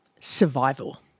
survival